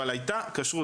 אבל הייתה כשרות,